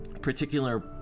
particular